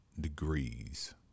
degrees